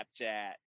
snapchat